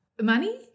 Money